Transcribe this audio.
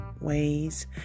ways